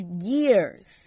years